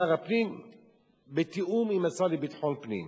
שר הפנים בתיאום עם השר לביטחון פנים.